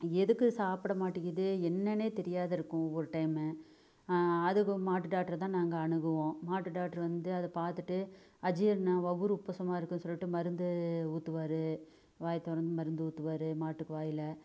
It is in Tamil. எதுக்கு சாப்பிட மாட்டிங்கிது என்னனே தெரியாத இருக்கும் ஒவ்வொரு டைமு அதுக்கும் மாட்டு டாக்டரை தான் நாங்கள் அணுகுவோம் மாட்டு டாக்டர் வந்து அதை பார்த்துட்டு அஜீரணம் வயிரு உப்புசமா இருக்குனு சொல்லிட்டு மருந்து ஊற்றுவாரு வாய் திறந்து மருந்து ஊற்றுவாரு மாட்டுக்கு வாயில்